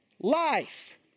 life